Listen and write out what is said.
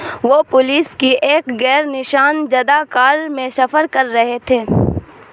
وہ پولیس کی ایک غیر نشان زدہ کار میں سفر کر رہے تھے